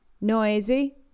Noisy